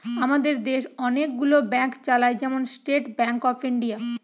আমাদের দেশ অনেক গুলো ব্যাংক চালায়, যেমন স্টেট ব্যাংক অফ ইন্ডিয়া